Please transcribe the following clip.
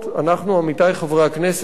אנחנו,